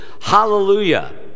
hallelujah